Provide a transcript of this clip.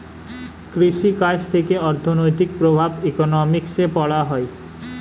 কৃষি কাজ থেকে অর্থনৈতিক প্রভাব ইকোনমিক্সে পড়া হয়